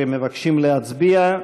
16, מבקשים להצביע.